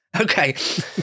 okay